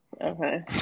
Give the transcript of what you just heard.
Okay